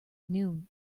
noon